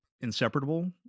inseparable